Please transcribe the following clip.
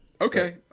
okay